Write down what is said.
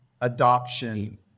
adoption